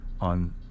on